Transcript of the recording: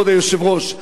כבוד היושב-ראש,